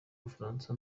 bufaransa